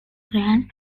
grand